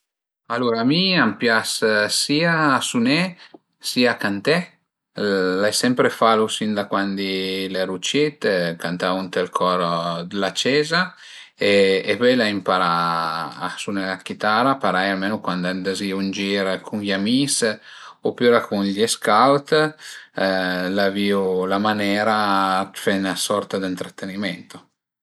Alura mi a m'pias sia suné sia canté, l'ai sempre falu da cuandi mi l'eru cit, cantavu ënt ël coro d'la cieza e põi l'ai ëmparà a suné la chitara parei almenu cuand andazìu ën gir cun i amis opüra cun i scout l'avìu la manera d'fe 'na sorta d'intrattenimento